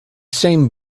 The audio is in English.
same